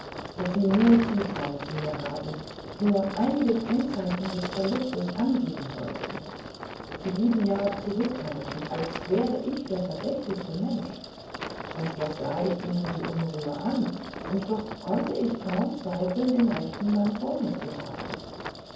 daß sie nur zutrauen zu mir haben nur einige kennzeichen des verlustes angeben sollten sie blieben ja zurückhaltend als wäre ich der verdächtigste mensch und doch sah ich ihnen die unruhe an und doch konnte ich kaum daran zweifeln den rechten mann vor mir zu haben